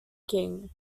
king